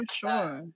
sure